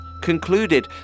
concluded